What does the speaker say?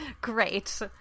Great